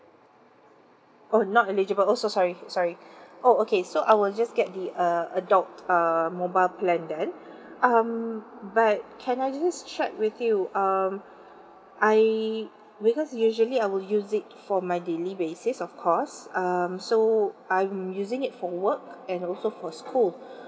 oh not eligible oh so sorry sorry oh okay so I will just get the uh adult uh mobile plan then um but can I just check with you um I because usually I will use it for my daily basis of course um so I'm using it for work and also for school